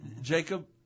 Jacob